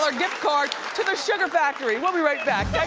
ah gift card to the sugar factory. we'll be right back.